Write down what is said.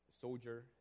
soldier